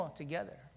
together